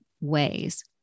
ways